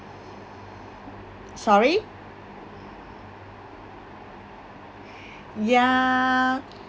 sorry ya